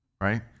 Right